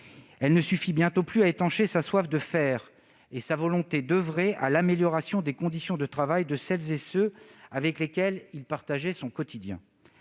Elle ne suffit bientôt plus à étancher sa soif de « faire » et sa volonté d'oeuvrer à l'amélioration des conditions de travail de celles et ceux avec lesquels il partageait son quotidien.